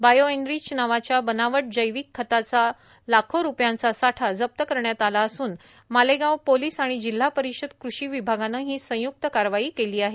bio enrich नावाच्या बनावट जैविक खताचा लाखो रुपयांचा साठा जप्त करण्यात आला असून मालेगाव पोलीस आणि जिल्हा परिषद कृषी विभागान ही संयुक्त कारवाई केली आहे